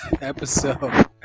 episode